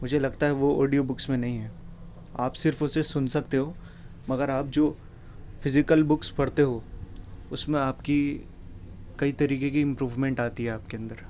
مجھے لگتا ہے وہ آڈیو بکس میں نہیں ہیں آپ صرف اور صرف سن سکتے ہو مگر آپ جو فزیکل بکس پڑھتے ہو اس میں آپ کی کئی طریقے کی امپرومینٹ آتی ہے آپ کے اندر